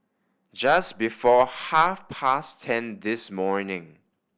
just before half past ten this morning